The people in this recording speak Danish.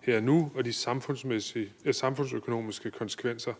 her og nu, og de samfundsøkonomiske konsekvenser.